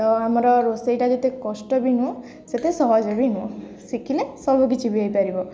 ତ ଆମର ରୋଷେଇଟା ଯେତେ କଷ୍ଟ ବି ନୁହେଁ ସେତେ ସହଜ ବି ନୁହେଁ ଶିଖିଲେ ସବୁକିଛି ବି ହେଇପାରିବ